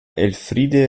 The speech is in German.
elfriede